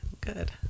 Good